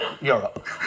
Europe